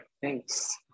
Thanks